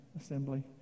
assembly